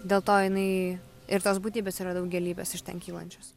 dėl to jinai ir tos būtybės yra daugialypės iš ten kylančios